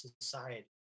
society